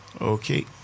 Okay